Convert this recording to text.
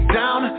down